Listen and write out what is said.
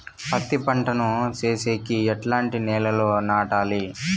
పత్తి పంట ను సేసేకి ఎట్లాంటి నేలలో నాటాలి?